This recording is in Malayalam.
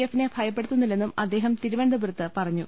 എഫിനെ ഭയപ്പെടുത്തുന്നില്ലെന്ന് അദ്ദേഹം തിരുവ നന്തപുരത്ത് പറഞ്ഞു